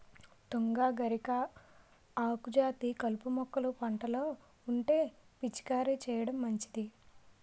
తుంగ, గరిక, ఆకుజాతి కలుపు మొక్కలు పంటలో ఉంటే పిచికారీ చేయడం మంచిది